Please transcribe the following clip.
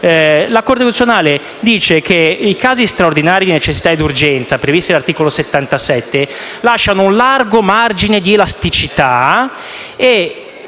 la Corte costituzionale dice che i casi straordinari di necessità e di urgenza previsti dall'articolo 77 lasciano un largo margine di elasticità e